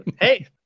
hey